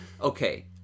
okay